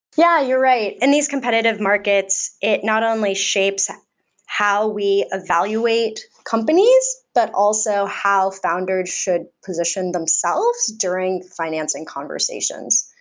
yeah, you're right. in these competitive markets, it not only shapes how we evaluate companies, but also how founder should position themselves during financing conversations.